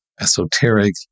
esoteric